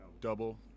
double